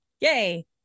yay